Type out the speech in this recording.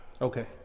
Okay